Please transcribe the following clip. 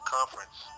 Conference